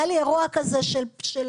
היה לי אירוע כזה בפנימייה,